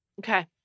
Okay